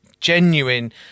genuine